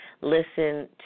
listen